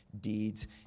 deeds